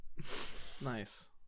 Nice